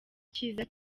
cyiza